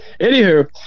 Anywho